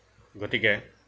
গতিকে